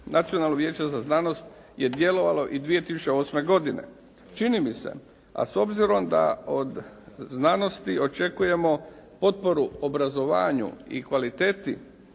Nacionalno vijeće za znanost je djelovalo i 2008. godine. Čini mi se a s obzirom da od znanosti očekujemo potporu obrazovanju i kvaliteti